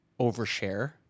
overshare